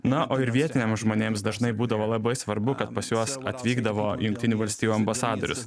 na o ir vietiniam žmonėms dažnai būdavo labai svarbu kad pas juos atvykdavo jungtinių valstijų ambasadorius